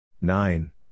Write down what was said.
nine